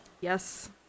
Yes